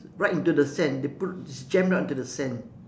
right into the sand they put jammed down into the sand